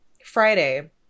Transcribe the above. Friday